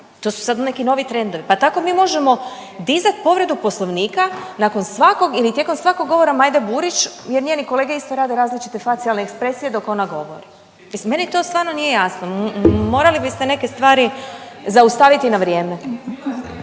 To su sad neki novi trendovi? Pa tako mi možemo dizati povredu Poslovnika nakon svakog ili tijekom svakog govora Majde Burić, jer njeni kolege isto rade različite facijalne ekspresije dok ona govori. Mislim meni to stvarno nije jasno. Morali biste neke stvari zaustaviti na vrijeme.